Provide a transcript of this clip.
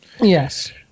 Yes